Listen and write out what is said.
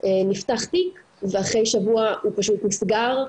נפתחתי ואחרי שבוע הוא פשוט נסגר,